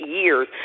years